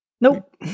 nope